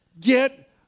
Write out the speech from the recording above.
get